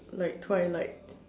like twilight